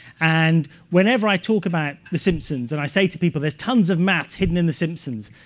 and whenever i talk about the simpsons and i say to people there's tons of maths hidden in the simpsons,